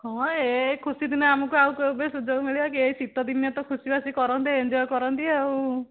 ହଁ ଏଇ ଖୁସି ଦିନେ ଆମକୁ ଆଉ କେବେ ସୁଯୋଗ ମିଳିବ କି ଏଇ ଶୀତଦିନେ ତ ଖୁସିବାସି କରନ୍ତି ଏଞ୍ଜୟ କରନ୍ତି ଆଉ